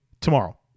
tomorrow